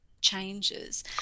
changes